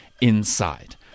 inside